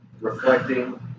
reflecting